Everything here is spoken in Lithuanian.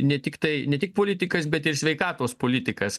ne tiktai ne tik politikas bet ir sveikatos politikas